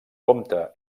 compte